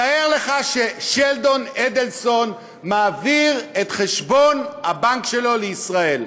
תאר לך ששלדון אדלסון מעביר את חשבון הבנק שלו לישראל,